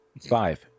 Five